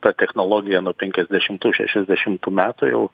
ta technologija nuo penkiasdešimtų šešiasdešimtų metų jau